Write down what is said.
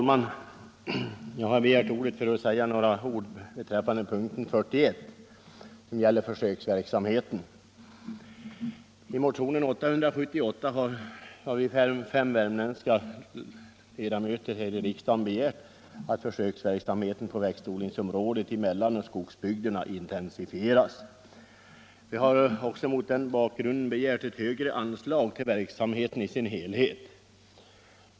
Herr talman! Jag vill säga några ord beträffande punkten 41, som gäller försöksverksamheten vid lantbrukshögskolan. Vi är fem värmländska ledamöter här i riksdagen som i motionen 848 har begärt att försöksverksamheten på växtodlingsområdet i mellanoch skogsbygderna intensifieras. Mot den bakgrunden har vi också begärt ett högre anslag till verksamheten i dess helhet.